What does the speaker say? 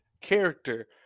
character